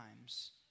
times